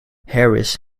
harris